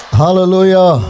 hallelujah